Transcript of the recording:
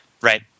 Right